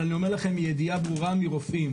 אבל אני אומר לכם מידיעה ברורה מרופאים,